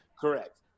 Correct